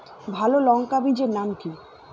ভালো লঙ্কা বীজের নাম কি?